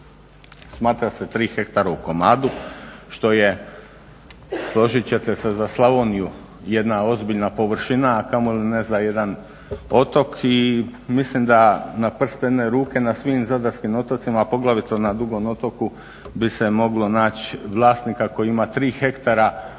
Smatra se 3 hektara u komadu što je, složit ćete se za Slavoniju jedna ozbiljna površina, a kamoli ne za jedan otok i mislim da na prste jedne ruke na svim Zadarskim otocima, a poglavito na Dugom Otoku bi se moglo naći vlasnika koji ima 3 hektara u